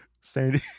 Sandy